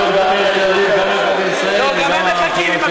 תדגיש שגם עיריית תל-אביב, לא מפנה.